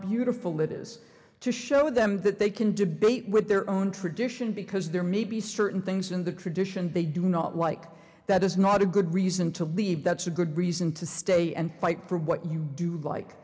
beautiful it is to show them that they can debate with their own tradition because there may be certain things in the tradition they do not like that is not a good reason to leave that's a good reason to stay and fight for what you do like